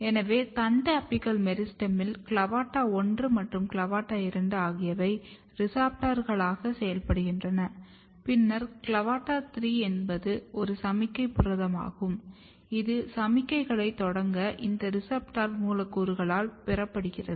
எனவே தண்டு அபிக்கல் மெரிஸ்டெமில் CLAVATA1 மற்றும் CLAVATA2 ஆகியவை ரெசெப்டர்களாக செயல்படுகின்றன பின்னர் CLAVATA3 என்பது ஒரு சமிக்ஞை புரதமாகும் இது சமிக்ஞைகளைத் தொடங்க இந்த ரெசெப்டர் மூலக்கூறுகளால் பெறப்படுகிறது